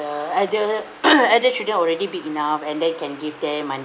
other other children already big enough and they can give them mon~